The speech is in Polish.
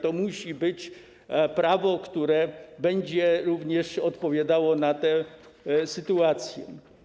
To musi być prawo, które będzie odpowiadało na tę sytuację.